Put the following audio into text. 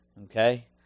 Okay